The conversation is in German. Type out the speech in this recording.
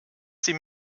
sie